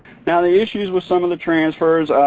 now the issues with some of the transfers,